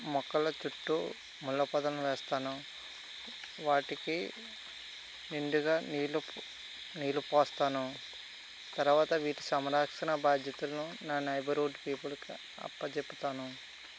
మొక్కల చుట్టూ ముళ్ళ పొదలు వేస్తాను వాటికి నిండుగా నీళ్ళు పొ నీళ్ళు పోస్తాను తరువాత వీటి సంరక్షణ బాద్యతను నా నైబరుడ్ పీపుల్కి అప్పజెప్పుతాను